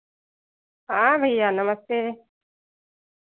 हाँ भैया नमस्ते